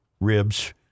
ribs